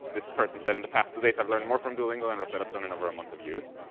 this person said, in the past few days i've learned more from duolingo than rosetta stone in over a month of use.